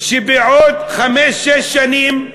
בעוד חמש-שש שנים,